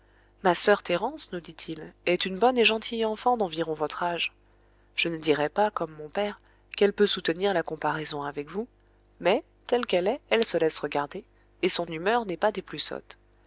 ma soeur thérence nous dit-il est une bonne et gentille enfant d'environ votre âge je ne dirai pas comme mon père qu'elle peut soutenir la comparaison avec vous mais telle qu'elle est elle se laisse regarder et son humeur n'est pas des plus sottes